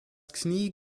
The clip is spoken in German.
knie